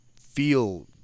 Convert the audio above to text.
feel